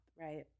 right